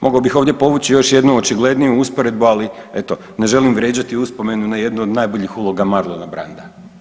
Mogao bi ovdje povući još jednu očigledniju usporedbu ali eto, ne želi vrijeđati uspomenu na jednu od najboljih uloga Marlona Branda.